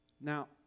Now